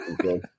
Okay